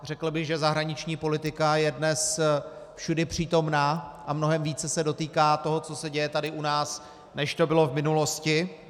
Řekl bych, že zahraniční politika je dnes všudypřítomná a mnohem více se dotýká toho, co se děje tady u nás, než to bylo v minulosti.